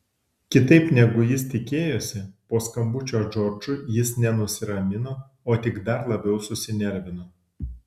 kitaip negu jis tikėjosi po skambučio džordžui jis ne nusiramino o tik dar labiau susinervino